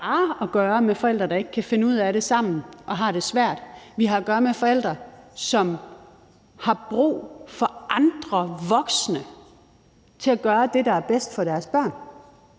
bare at gøre med forældre, der ikke kan finde ud af det sammen og har det svært, men vi har at gøre med forældre, som har brug for andre voksne til at gøre det, der er bedst for deres børn.